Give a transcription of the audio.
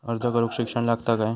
अर्ज करूक शिक्षण लागता काय?